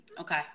Okay